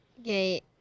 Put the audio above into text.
Okay